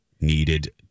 needed